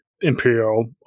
Imperial